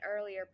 earlier